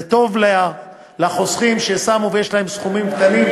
זה טוב לחוסכים ששמו ויש להם סכומים קטנים,